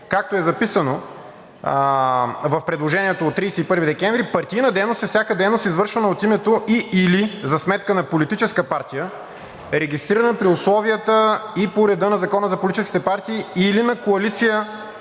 както е записано в предложението от 31 декември, партийна дейност е всяка дейност, извършвана от името и/или за сметка на политическа партия, регистрирана при условията и по реда на Закона за политическите партии, или на коалиция